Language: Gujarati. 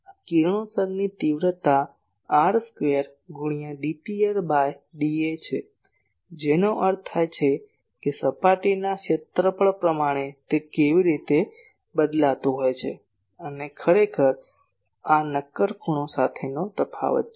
આ કિરણોત્સર્ગની તીવ્રતા r સ્ક્વેર ગુણ્યા d Pr બાય dA છે જેનો અર્થ થાય છે કે સપાટીના ક્ષેત્રફળ પ્રમાણે તે કેવી રીતે બદલાતું હોય છે અને આ ખરેખર નક્કર ખૂણો સાથેનો તફાવત છે